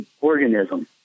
organism